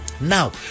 Now